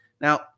Now